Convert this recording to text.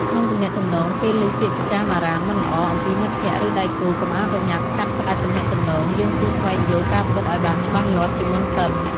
ក្នុងទំនាក់ទំនង ពេលឮពាក្យចចាមអារ៉ាមមិនល្អអំពីមិត្តភក្តិ ឬដៃគូ កុំអាលប្រញាប់កាត់ផ្តាច់ទំនាក់ទំនង យើងគួរស្វែងយល់ការពិតឲ្យបានច្បាស់លាស់ជាមុនសិន។